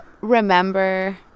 remember